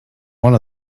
one